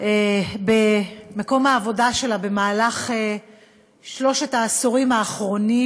במקום העבודה שלה בשלושת העשורים האחרונים,